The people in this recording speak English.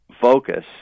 focus